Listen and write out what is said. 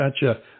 gotcha